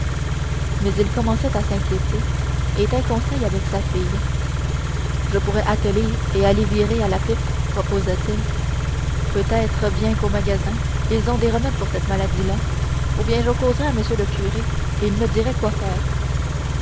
mais il commençait à s'inquiéter et tint conseil avec sa fille je pourrais atteler et aller virer à la pipe proposa t il peut-être bien qu'au magasin ils ont des remèdes pour cette maladie là ou bien j'en causerais à m le curé et il me dirait quoi faire